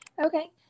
Okay